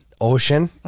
ocean